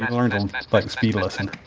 and learn to and like, speed listen